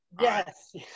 yes